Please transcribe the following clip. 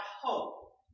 hope